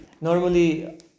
Normally